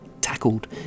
tackled